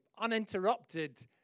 uninterrupted